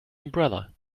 umbrella